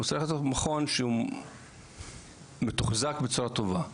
צריך להיות מכון שהוא מתוחזק בצורה טובה.